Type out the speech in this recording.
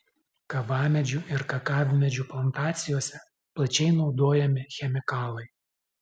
kavamedžių ir kakavmedžių plantacijose plačiai naudojami chemikalai